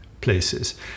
places